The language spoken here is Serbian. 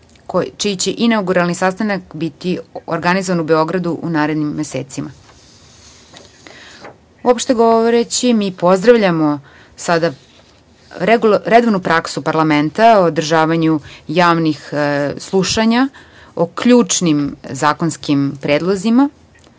čiji će inaguralni sastanak biti organizovan u Beogradu u narednim mesecima. Uopšte govoreći, mi pozdravljamo sada redovnu praksu parlamenta o održavanju javnih slušanja o ključnim zakonskim predlozima.